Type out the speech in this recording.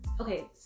okay